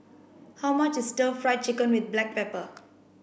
how much is stir fried chicken with black pepper